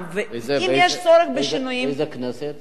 ואם יש צורך בשינויים איזו כנסת זה היה?